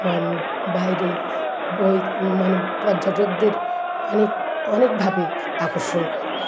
বাইরে বই মানে পর্যাটকদের অনেক অনেকভাবে আকর্ষণ করবে